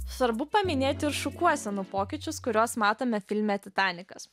svarbu paminėti ir šukuosenų pokyčius kuriuos matome filme titanikas